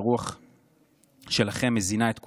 הלב שלכם והרוח שלכם מזינה את כולנו.